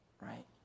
right